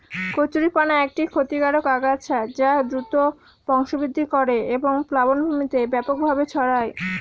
কচুরিপানা একটি ক্ষতিকারক আগাছা যা দ্রুত বংশবৃদ্ধি করে এবং প্লাবনভূমিতে ব্যাপকভাবে ছড়ায়